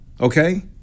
okay